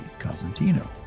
Cosentino